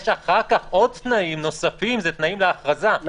יש אחר כך עוד תנאים נוספים - לתנאים להכרזה,